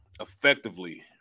effectively